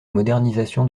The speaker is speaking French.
modernisation